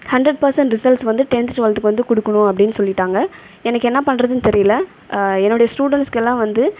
hundred percent results வந்து tenth டுவெல்த்துக்கு வந்து கொடுக்கணும் அப்படினு சொல்லிவிட்டாங்க எனக்கு என்ன பண்ணுறதுனு தெரியலை என்னுடைய ஸ்டுடெண்ட்ஸுக்கெல்லாம் வந்து